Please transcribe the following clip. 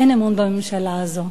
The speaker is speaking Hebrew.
אין אמון בממשלה הזו.